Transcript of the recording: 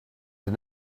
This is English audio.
did